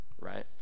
right